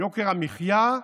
יוקר המחיה,